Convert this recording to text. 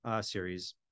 series